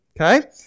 Okay